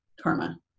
karma